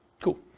Cool